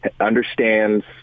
understands